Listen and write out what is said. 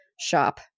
shop